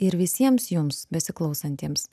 ir visiems jums besiklausantiems